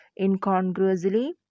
incongruously